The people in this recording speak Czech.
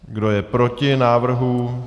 Kdo je proti návrhu?